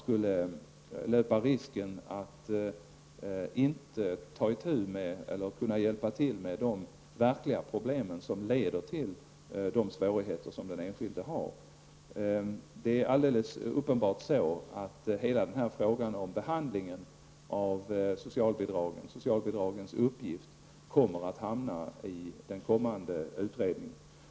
Därmed löper man risken att inte kunna ta itu med de verkliga problemen som leder till den enskildes svårigheter. Hela denna fråga om behandlingen av socialbidragen och socialbidragens syfte kommer alldeles uppenbart att ingå i den kommande utredningen.